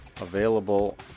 available